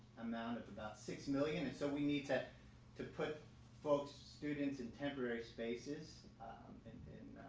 amount of about six million and so we need to to put folks students in temporary spaces in